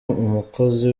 umukozi